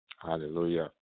Hallelujah